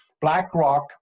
BlackRock